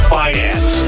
finance